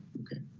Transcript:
okay.